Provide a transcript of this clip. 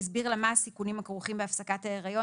הסביר לה מהם הסיכונים הכרוכים בהפסקת ההריון